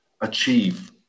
achieve